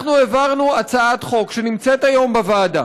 אנחנו העברנו הצעת חוק, שנמצאת היום בוועדה,